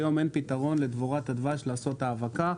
היום אין פתרון לדבורת הדבש לעשות האבקה.